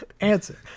Answer